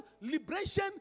liberation